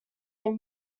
their